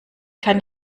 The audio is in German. kann